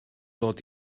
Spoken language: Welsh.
dod